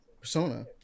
Persona